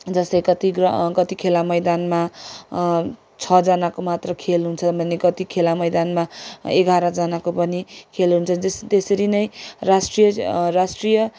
जस्तै कति ग्र कति खेला मैदानमा छ जानाको मात्र खेल हुन्छ भने कति खेला मैदानमा एघार जानाको पनि खेल हुन्छ जस त्यसरी नै राष्ट्रिय राष्ट्रिय